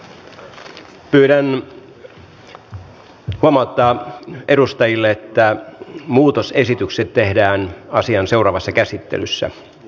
pyydän saada huomauttaa edustajille että muutosesitykset tehdään asian seuraavassa käsittelyssä